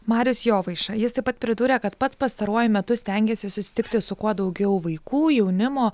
marius jovaiša jis taip pat pridūrė kad pats pastaruoju metu stengiasi susitikti su kuo daugiau vaikų jaunimo